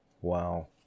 Wow